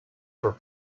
for